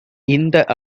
இந்த